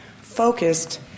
focused